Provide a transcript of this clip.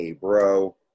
Bro